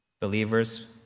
Believers